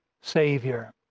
savior